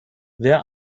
wer